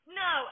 no